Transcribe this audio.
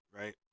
right